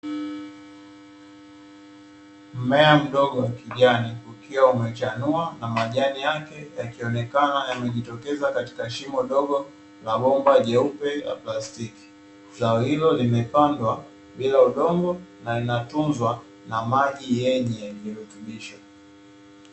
Mmea mdogo wa kijani ukiwa umechanua na majani yake yakionekana yamejitokeza katika shimo dogo la bomba jeupe la plastiki. Zao hilo limepandwa bila udongo na linatuzwa na maji yenye virutubisho.